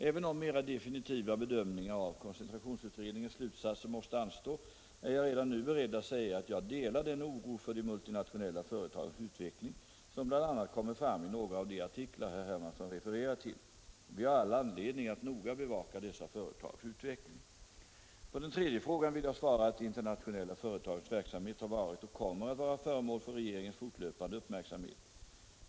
Även om mera definitiva bedömningar av koncentrationsutredningens slutsatser måste anstå, är jag redan nu beredd att säga att jag delar den oro för de multinationella företagens utveckling som bl.a. kommer fram i några av de artiklar herr Hermansson refererar till. Vi har all anledning att noga bevaka dessa företags utveckling. På den tredje frågan vill jag svara att de internationella företagens verksamhet har varit och kommer att vara föremål för regeringens fortlöpande uppmärksamhet.